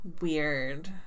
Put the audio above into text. weird